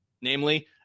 Namely